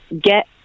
Get